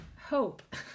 hope